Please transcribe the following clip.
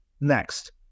next